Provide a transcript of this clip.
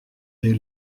des